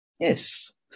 Yes